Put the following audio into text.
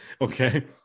Okay